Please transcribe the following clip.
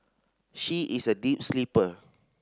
she is a deep sleeper